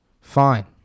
Fine